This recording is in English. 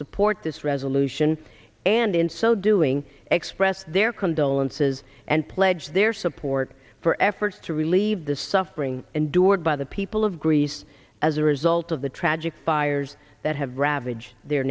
support this resolution and in so doing express their condolences and pledge their support for efforts to relieve the suffering and dured by the people of greece as a result of the tragic fires that have ravaged their